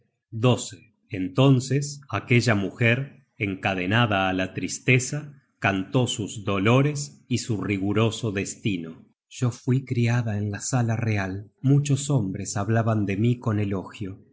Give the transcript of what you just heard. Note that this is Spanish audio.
mí entonces aquella mujer encadenada á la tristeza cantó sus dolores y su riguroso destino yo fui criada en la sala real muchos hombres hablaban de mí con elogio